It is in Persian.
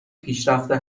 پیشرفته